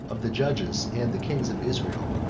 of the judges, and the kings of israel.